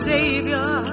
Savior